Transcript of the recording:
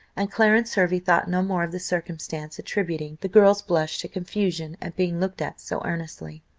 and clarence hervey thought no more of the circumstance, attributing the girl's blush to confusion at being looked at so earnestly.